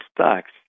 stocks